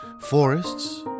forests